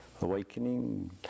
awakening